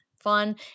fun